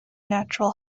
natural